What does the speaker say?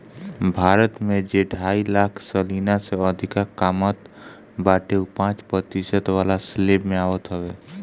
भारत में जे ढाई लाख सलीना से अधिका कामत बाटे उ पांच प्रतिशत वाला स्लेब में आवत हवे